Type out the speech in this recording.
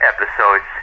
episodes